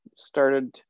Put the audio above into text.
started